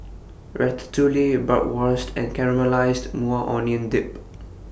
Ratatouille Bratwurst and Caramelized Maui Onion Dip